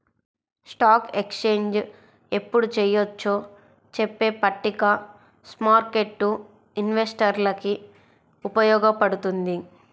stock exchange ఎప్పుడు చెయ్యొచ్చో చెప్పే పట్టిక స్మార్కెట్టు ఇన్వెస్టర్లకి ఉపయోగపడుతుంది